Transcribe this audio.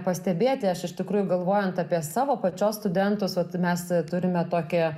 pastebėti aš iš tikrųjų galvojant apie savo pačios studentus vat mes turime tokią